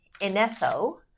Ineso